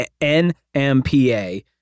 NMPA